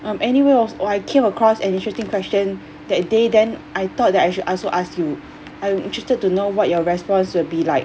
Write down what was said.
um anyway oh I came across an interesting question that day then I thought that I should also ask you I am interested to know what your response will be like